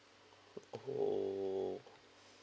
orh